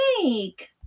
snake